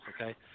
okay